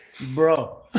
Bro